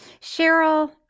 Cheryl